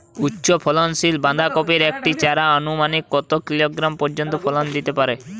উচ্চ ফলনশীল বাঁধাকপির একটি চারা আনুমানিক কত কিলোগ্রাম পর্যন্ত ফলন দিতে পারে?